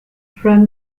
from